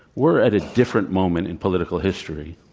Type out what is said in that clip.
we're at a different moment in political history.